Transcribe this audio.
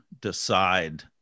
decide